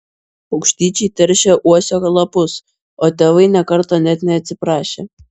paukštyčiai teršė uosio lapus o tėvai nė karto net neatsiprašė